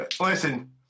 Listen